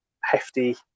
hefty